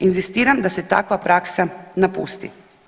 Inzistiram da se takva praksa napusti.